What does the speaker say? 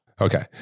okay